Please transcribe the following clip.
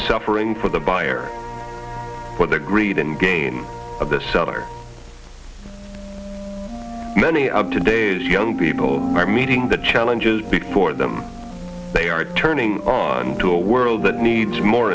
suffering for the buyer or the greed and gain of the seller many of today's young people are meeting the challenges for them they are turning into a world that needs more